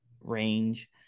range